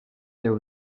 there